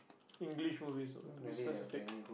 English movies so to be specific